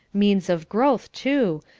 means of growth, too,